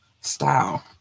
style